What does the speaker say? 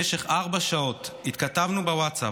במשך ארבע שעות התכתבנו בווטסאפ,